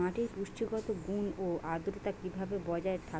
মাটির পুষ্টিগত গুণ ও আদ্রতা কিভাবে বজায় থাকবে?